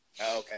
Okay